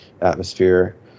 atmosphere